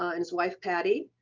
ah and his wife patty,